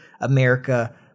america